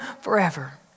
forever